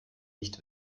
nicht